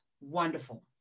Wonderful